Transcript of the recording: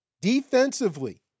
defensively